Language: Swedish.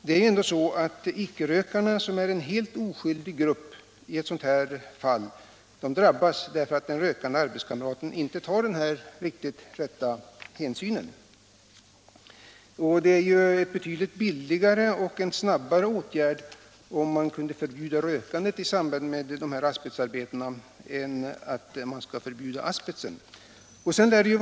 Det är ju ändå så, att icke-rökarna, som i ett sådant här fall är en helt oskyldig grupp, drabbas, därför att den rökande arbetskamraten inte tar den rätta hänsynen. Det är en betydligt billigare och mera snabbverkande åtgärd att förbjuda rökning i samband med asbestarbetena än att förbjuda asbesten.